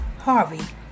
Harvey